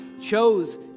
chose